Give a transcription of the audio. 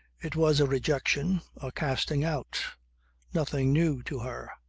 it was a rejection, a casting out nothing new to her.